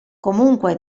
comunque